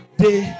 day